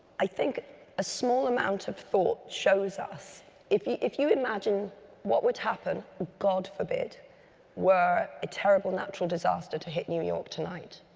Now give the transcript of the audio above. i think a small amount of thought shows us if if you imagine what would happen god forbid were a terrible natural disaster to hit new york tonight,